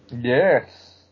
Yes